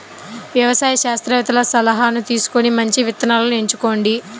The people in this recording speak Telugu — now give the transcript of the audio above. వ్యవసాయ శాస్త్రవేత్తల సలాహాను తీసుకొని మంచి విత్తనాలను ఎంచుకోండి